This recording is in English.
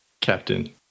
Captain